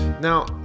Now